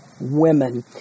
women